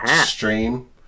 stream